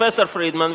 פרופסור פרידמן,